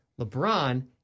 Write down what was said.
LeBron